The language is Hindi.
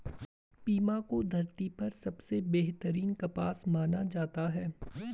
पीमा को धरती पर सबसे बेहतरीन कपास माना जाता है